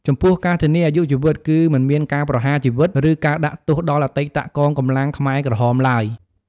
ចំពោះការធានាអាយុជីវិត គឺមិនមានការប្រហារជីវិត ឬការដាក់ទោសដល់អតីតកងកម្លាំងខ្មែរក្រហមឡើយ។